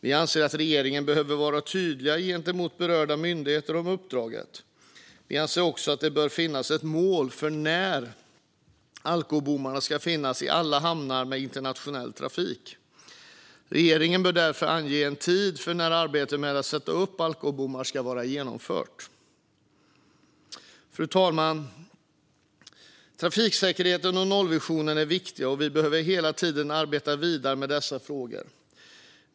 Vi anser att regeringen behöver vara tydlig gentemot berörda myndigheter om uppdraget. Vi anser också att det bör finnas ett mål för när alkobommarna ska finnas i alla hamnar med internationell trafik. Regeringen bör därför ange en tid för när arbetet med att sätta upp alkobommar ska vara genomfört. Fru talman! Trafiksäkerheten och nollvisionen är viktiga, och vi behöver hela tiden arbeta vidare med dessa frågor.